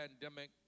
pandemic